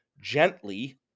gently